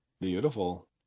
Beautiful